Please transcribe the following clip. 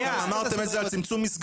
גם אמרתם את זה על צמצום מסגרות,